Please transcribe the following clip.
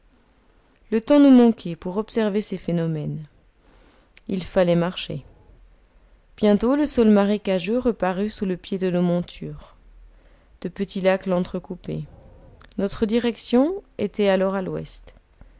le temps nous manquait pour observer ces phénomènes il fallait marcher bientôt le sol marécageux reparut sous le pied de nos montures de petits lacs l'entrecoupaient notre direction était alors à l'ouest